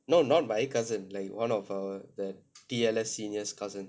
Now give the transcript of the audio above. no not my cousin like one of our the T_L_S seniors cousin